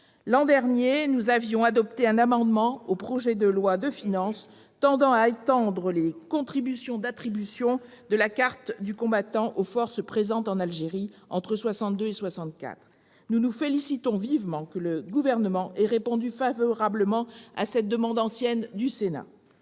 L'an dernier encore, nous avions adopté un amendement au projet de loi de finances tendant à élargir les conditions d'attribution de la carte du combattant au bénéfice des membres des forces présentes en Algérie entre 1962 et 1964. Nous nous félicitons que le Gouvernement ait répondu favorablement à cette demande ancienne du Sénat.